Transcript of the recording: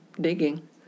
digging